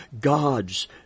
God's